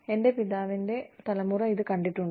എന്റെ പിതാവിന്റെ തലമുറ ഇതു കണ്ടിട്ടുണ്ട്